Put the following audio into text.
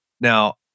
Now